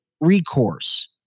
recourse